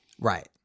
right